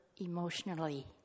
emotionally